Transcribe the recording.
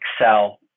excel